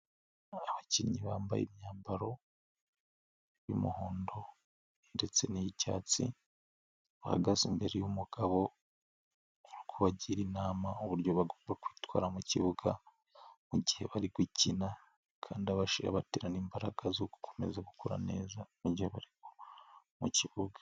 Abakinnyi bambaye imyambaro y'umuhondo ndetse n'iy'icyatsi bahagaze imbere y'umugabo uri kubagira inama uburyo bagomba kwitwara mu kibuga mu gihe bari gukina kandi bajye baterana imbaraga zo gukomeza gukora neza mu gihe bari mu kibuga.